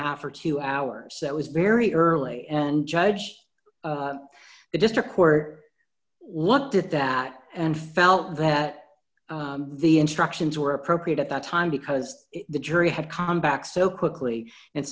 half or two hours that was very early and judge the district court what did that and felt that the instructions were appropriate at that time because the jury had come back so quickly and